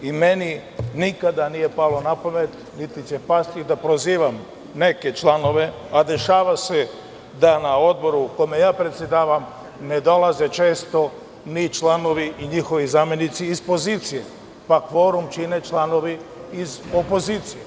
Meni nikada nije palo na pamet, niti će pasti, da prozivam neke članove, a dešava se da na odboru na kome ja predsedavam ne dolaze često ni članovi i njihovi zamenici iz pozicije, pa kvorum čine članovi iz opozicije.